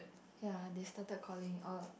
ya they started calling all